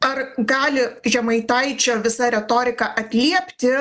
ar gali žemaitaičio visa retorika atliepti